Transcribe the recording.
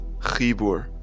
Chibur